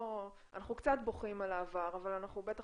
אנחנו קצת בוכים על העבר אבל אנחנו בטח